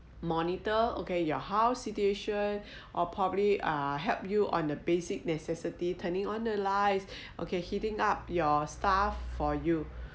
monitor okay your house situation or probably uh help you on the basic necessity turning on the lights okay heating up your stuff for you